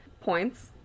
points